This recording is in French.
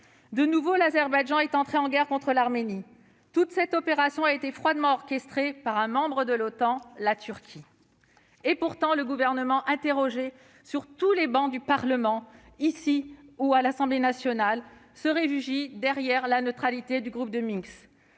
De nouveau, l'Azerbaïdjan est entré en guerre contre l'Arménie. Toute cette opération a été froidement orchestrée par un membre de l'OTAN, la Turquie. Et le Gouvernement, interrogé sur toutes les travées du Parlement, ici et à l'Assemblée nationale, de se réfugier derrière la neutralité du groupe de Minsk